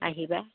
আহিবা